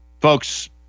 Folks